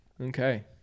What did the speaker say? Okay